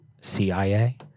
CIA